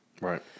Right